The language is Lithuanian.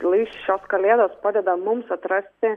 lai šios kalėdos padeda mums atrasti